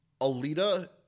Alita